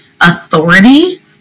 authority